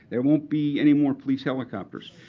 there won't be any more police helicopters.